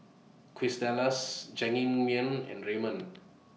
Quesadillas Jajangmyeon and Ramen